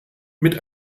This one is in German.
mit